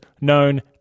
known